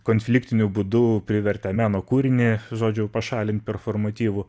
konfliktiniu būdu privertė meno kūrinį žodžiu pašalint performatyvų